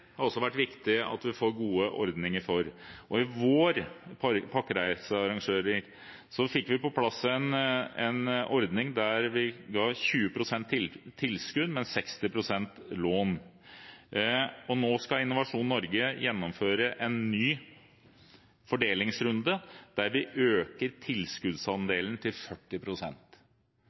har det også vært viktig at vi får gode ordninger for. I vår fikk vi på plass en ordning der vi ga 20 pst. tilskudd, men 60 pst. lån. Nå skal Innovasjon Norge gjennomføre en ny fordelingsrunde, der vi øker tilskuddsandelen til